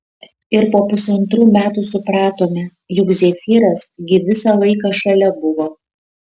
ir po pusantrų metų supratome juk zefyras gi visą laiką šalia buvo